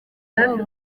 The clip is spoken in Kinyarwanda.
hafi